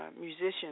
musicians